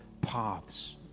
paths